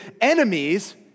enemies